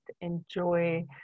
enjoy